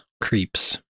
creeps